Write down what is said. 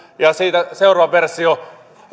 ja siitä seuraava versio